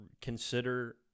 Consider